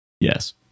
Yes